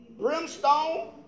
brimstone